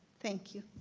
thank you.